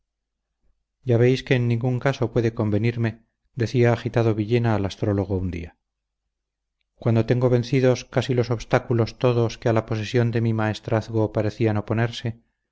ya veis que en ningún caso puede convenirme decía agitado villena al astrólogo un día cuando tengo vencidos casi los obstáculos todos que a la posesión de mi maestrazgo parecían oponerse